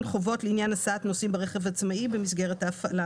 חובות לעניין הסעת נוסעים ברכב העצמאי במסגרת ההפעלה